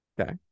okay